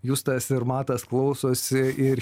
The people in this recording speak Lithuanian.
justas ir matas klausosi ir